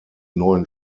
neuen